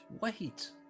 wait